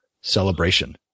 celebration